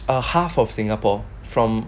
a half of singapore from